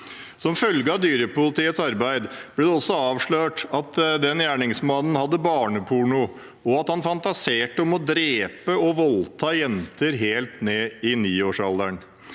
Som følge av dyrepolitiets arbeid ble det også avslørt at den gjerningsmannen hadde barneporno, og at han fantaserte om å drepe og voldta jenter helt ned i niårsalderen.